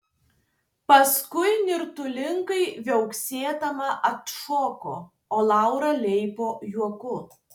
paskui nirtulingai viauksėdama atšoko o laura leipo juoku